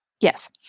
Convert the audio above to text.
Yes